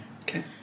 Okay